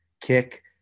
kick